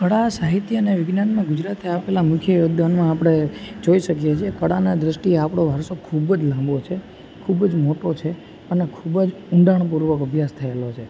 કળા સાહિત્ય અને વિજ્ઞાનમાં ગુજરાતે આપેલાં મુખ્ય યોગદાનમાં આપણે જોઈ શકીએ છીએ કળાનાં દ્રષ્ટિએ આપણો વારસો ખૂબ જ લાંબો છે ખૂબ જ મોટો છે અને ખૂબ જ ઊંડાણપૂર્વક અભ્યાસ થએલો છે